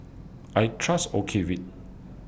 I Trust Ocuvite